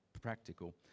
practical